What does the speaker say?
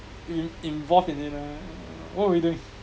in involved in it lah oh really